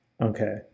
okay